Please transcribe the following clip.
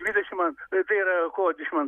dvidešim ant tai yra kovo dvidešim an